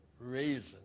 Reason